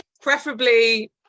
preferably